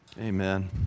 Amen